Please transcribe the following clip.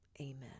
Amen